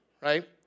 right